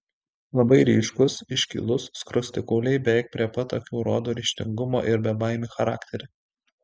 labai ryškūs iškilūs skruostikauliai beveik prie pat akių rodo ryžtingumą ir bebaimį charakterį